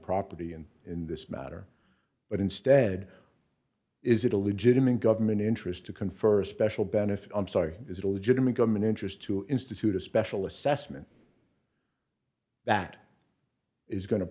property and in this matter but instead is it a legitimate government interest to confer a special benefit i'm sorry is it a legitimate government interest to institute a special assessment that is going to